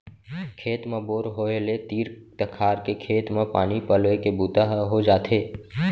खेत म बोर होय ले तीर तखार के खेत म पानी पलोए के बूता ह हो जाथे